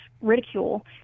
ridicule